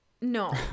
No